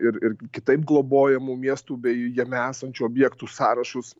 ir ir kitaip globojamų miestų bei jame esančių objektų sąrašus